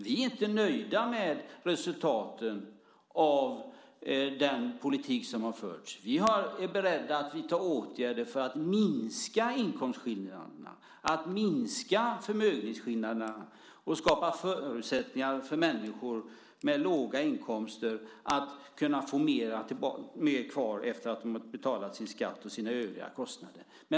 Vi är inte nöjda med resultaten av den politik som har förts. Vi är beredda att vidta åtgärder för att minska inkomstskillnaderna, minska förmögenhetsskillnaderna och skapa förutsättningar för människor med låga inkomster att få mer kvar efter det att de betalat sin skatt och sina övriga kostnader.